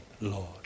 Lord